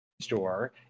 store